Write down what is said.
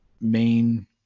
main